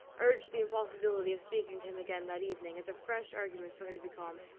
urged the impossibility of speaking to him again that evening, as a fresh argument for her to be calm.